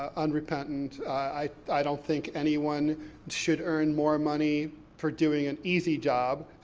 ah unrepentant. i don't think anyone should earn more money for doing an easy job,